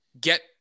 get